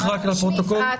אנחנו באמת